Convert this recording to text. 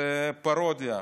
זה פרודיה.